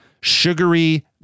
Sugary